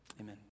Amen